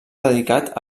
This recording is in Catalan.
dedicat